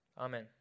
Amen